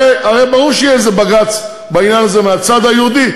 הרי ברור שיהיה איזה בג"ץ בעניין הזה מהצד היהודי,